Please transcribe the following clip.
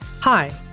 Hi